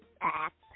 act